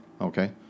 Okay